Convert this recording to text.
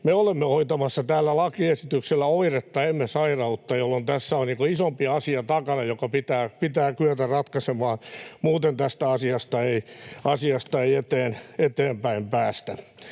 me olemme hoitamassa tällä lakiesityksellä oiretta, emme sairautta, jolloin tässä on isompi asia takana, joka pitää kyetä ratkaisemaan. Muuten tästä asiasta ei eteenpäin päästä.